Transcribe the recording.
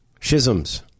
schisms